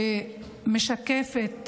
שמשקפת